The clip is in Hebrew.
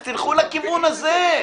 אז תלכו לכיוון הזה.